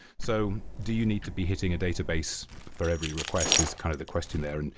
so do you need to be hitting database for every request is kind of the question there, and